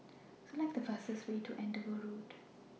Select The fastest Way to Andover Road